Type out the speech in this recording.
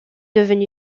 devenu